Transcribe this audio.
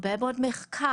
הרבה מאוד מחקר,